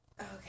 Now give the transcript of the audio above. okay